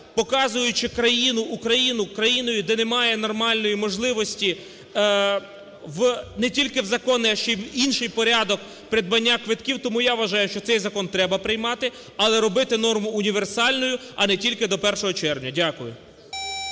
показуючи країну Україну країною, де немає нормальної можливості не тільки в законний, а ще в інший порядок придбання квитків. Тому я вважаю, що цей закон треба приймати, але робити норму універсальною, а не тільки до 1 червня. Дякую.